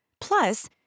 Plus